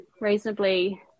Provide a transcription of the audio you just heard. reasonably